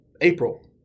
April